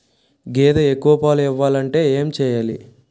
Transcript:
గేదె ఎక్కువ పాలు ఇవ్వాలంటే ఏంటి చెయాలి?